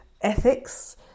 ethics